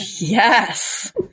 yes